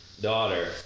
daughter